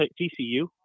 TCU